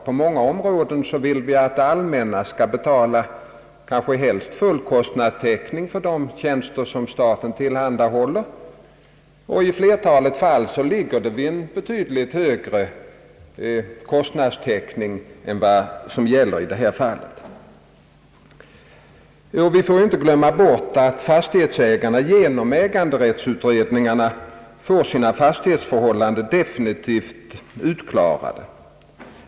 På många områden vill vi att det allmänna helst skall betala full täckning för de tjänster som staten tillhandahåller, och i flertalet fall är det fråga om en betydligt högre kostnadstäckning än i detta fall. Vi får inte glömma bort att fastighetsägarna genom <äganderättsutredningarna får sina fastighetsförhållanden defintivt utklarade.